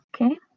Okay